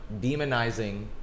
demonizing